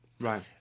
Right